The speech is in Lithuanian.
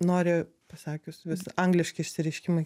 nori pasakius vis angliški išsireiškimai